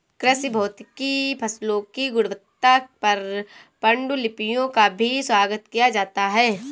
कृषि भौतिकी फसलों की गुणवत्ता पर पाण्डुलिपियों का भी स्वागत किया जाता है